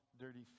dirty